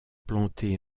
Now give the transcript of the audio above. plantées